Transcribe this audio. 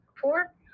four